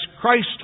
Christ